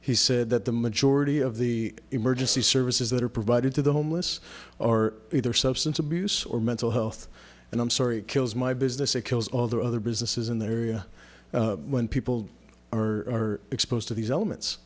he said that the majority of the emergency services that are provided to the homeless are either substance abuse or mental health and i'm sorry it kills my business it kills all the other businesses in the area when people are exposed to these elements